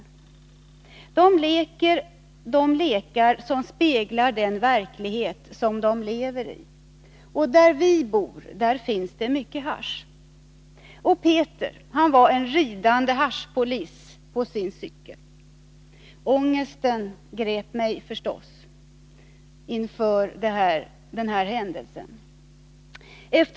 Jo, de leker de lekar som speglar den verklighet som de lever i. Där vi bor finns det mycket hasch. Peter var en ridande haschpolis på sin cykel. Ångesten grep mig förstås.